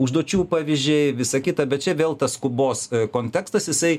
užduočių pavyzdžiai visa kita bet čia vėl tas skubos kontekstas jisai